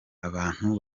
abantu